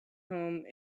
home